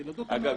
אגב,